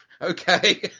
okay